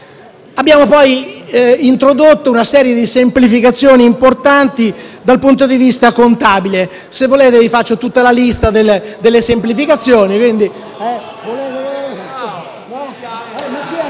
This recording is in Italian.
Abbiamo poi introdotto una serie di semplificazioni importanti, dal punto di vista contabile. Se volete, faccio tutta la lista delle semplificazioni...